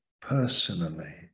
personally